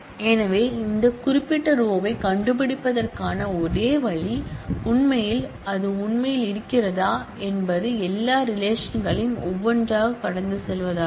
எனவே இந்த குறிப்பிட்ட ரோயைக் கண்டுபிடிப்பதற்கான ஒரே வழி உண்மையில் அது உண்மையில் இருக்கிறதா என்பது எல்லா ரிலேஷன்களையும் ஒவ்வொன்றாகக் கடந்து செல்வதாகும்